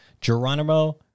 Geronimo